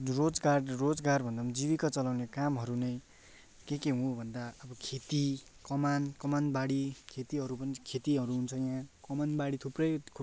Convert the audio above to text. रोजगार रोजगारभन्दा पनि जीविका चलाउने कामहरू नै केके हो भन्दा अब खेती कमान कमानबारी खेतीहरू पनि खेतीहरू हुन्छ यहाँ कमानबारी थुप्रै